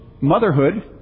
motherhood